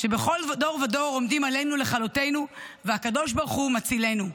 שבכל דור ודור עומדים עלינו לכלותינו והקדוש ברוך הוא מצילנו.